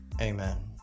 Amen